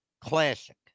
Classic